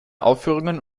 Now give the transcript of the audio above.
aufführungen